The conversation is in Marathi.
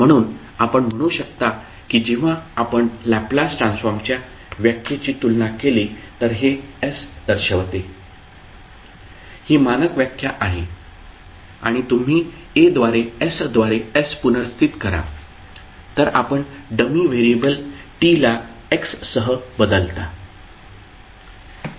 म्हणून आपण म्हणू शकता की जेव्हा आपण लॅपलास ट्रान्सफॉर्मच्या व्याख्येची तुलना केली तर हे s दर्शवते ही मानक व्याख्या आहे आणि तुम्ही a द्वारे s द्वारे s पुनर्स्थित करा तर आपण डमी व्हेरिएबल t ला x सह बदलता